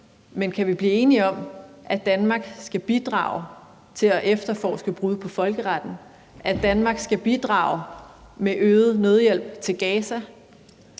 Man kan vi blive enige om, at Danmark skal bidrage til at efterforske brud på folkeretten, og at Danmark skal bidrage med øget nødhjælp til Gaza?